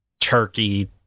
turkey